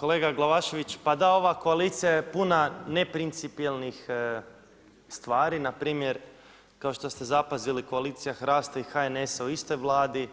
Kolega Glavašević, pa da, ova koalicija je puna neprincipijelnih stvari, npr. kao što ste zapazili koalicija HRAST-a i HNS-a u istoj Vladi,